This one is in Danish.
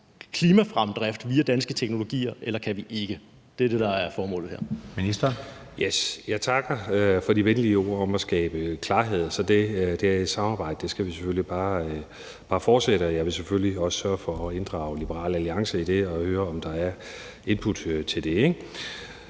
Ministeren. Kl. 13:30 Klima-, energi- og forsyningsministeren (Lars Aagaard): Jeg takker for de venlige ord om at skabe klarhed, så det samarbejde skal vi selvfølgelig bare fortsætte, og jeg vil selvfølgelig også sørge for at inddrage Liberal Alliance i det og høre, om der er input til det.